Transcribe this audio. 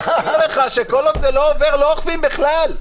אני מזכיר לך שכל עוד זה לא עובר לא אוכפים בכלל.